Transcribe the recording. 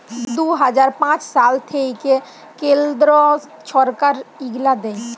দু হাজার পাঁচ সাল থ্যাইকে কেলদ্র ছরকার ইগলা দেয়